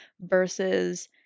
versus